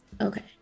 Okay